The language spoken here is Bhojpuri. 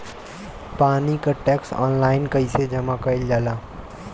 पानी क टैक्स ऑनलाइन कईसे जमा कईल जाला?